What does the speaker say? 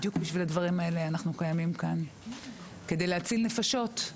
אנחנו בדיוק בשבילך הדברים קיימים כאן כדי להציל נפשות.